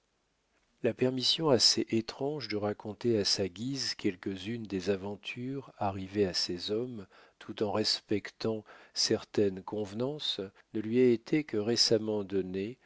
la permission assez étrange de raconter à sa guise quelques-unes des aventures arrivées à ces hommes tout en respectant certaines convenances ne lui a été que récemment donnée